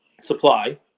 supply